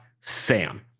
Sam